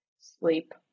sleep